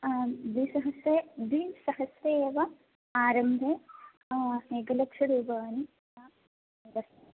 आ द्विसहस्रं द्विसहस्रम् एव आरम्भे एकलक्षरूप्यकाणि